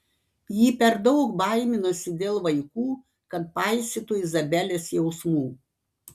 ji per daug baiminosi dėl vaikų kad paisytų izabelės jausmų